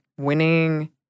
Winning